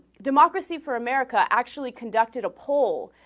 democracy for america actually conducted a poll